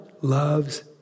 loves